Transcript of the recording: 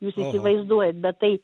jūs įsivaizduojat bet tai